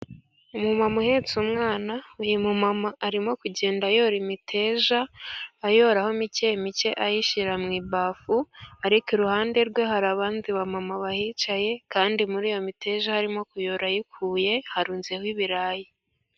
Umumama uhetse umwana uyu mumama arimo kugenda ayora imiteja ayoraho mike mike ayishyira mu ibafu ariko iruhande rwe hari abandi ba mama bahicaye kandi muri iyo miteja aho arimo kuyora ayikuye harunzeho ibirayi.